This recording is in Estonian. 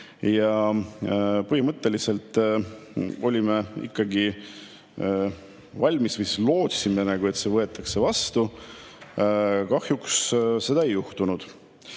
ja põhimõtteliselt olime ikkagi valmis või lootsime, et see võetakse vastu, seda ei juhtunud.